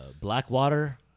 Blackwater